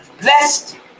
Blessed